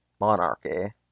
monarchy